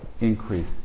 increase